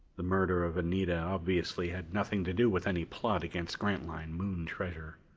the murder of anita obviously had nothing to do with any plot against grantline moon treasure.